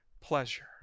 pleasure